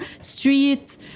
street